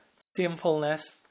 sinfulness